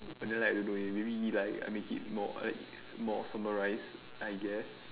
but then like don't know leh maybe he like I make it more I make it more summarised I guess